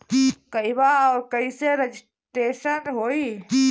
कहवा और कईसे रजिटेशन होई?